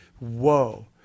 whoa